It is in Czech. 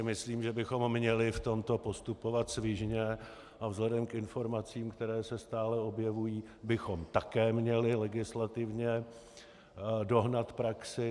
Myslím si, že bychom měli v tomto postupovat svižně a vzhledem k informacím, které se stále objevují, bychom také měli legislativně dohnat praxi.